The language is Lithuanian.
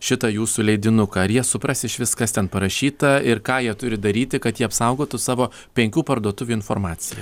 šitą jūsų leidinuką ar jie supras išvis kas ten parašyta ir ką jie turi daryti kad jie apsaugotų savo penkių parduotuvių informaciją